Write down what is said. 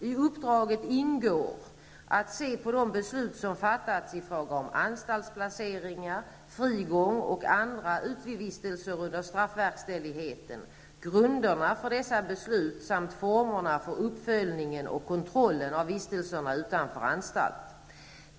I uppdraget ingår att se på de beslut som har fattats i fråga om anstaltsplaceringar, frigång och andra utevistelser under straffverkställigheten, grunderna för dessa beslut samt formerna för uppföljningen och kontrollen av vistelserna utanför anstalten.